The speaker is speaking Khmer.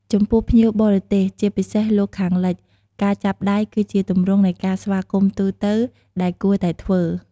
ចំពោះភ្ញៀវបរទេស ជាពិសេសលោកខាងលិច ការចាប់ដៃ គឺជាទម្រង់នៃការស្វាគមន៍ទូទៅដែលគួរតែធ្វើ។